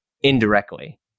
indirectly